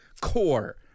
core